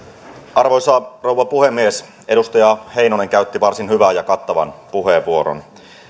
arvoisa rouva puhemies edustaja heinonen käytti varsin hyvän ja kattavan puheenvuoron